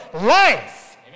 life